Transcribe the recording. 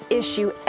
issue